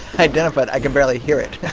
identify it? i can barely hear it yeah